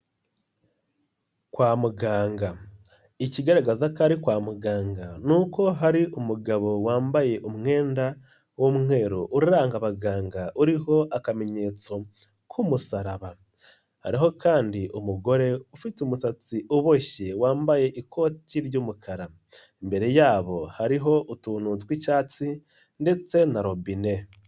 Kwa muganga ikigaragaza ko ari kwa muganga ni uko hari umugabo wambaye umwenda w'umweru uranga abaganga uriho akamenyetso k'umusaraba, hariho kandi umugore ufite umusatsi uboshye wambaye ikoti ry'umukara, imbere yabo hariho utuntu tw'icyatsi ndetse na robine.